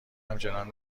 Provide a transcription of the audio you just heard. همچنان